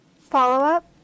Follow-up